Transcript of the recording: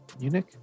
Munich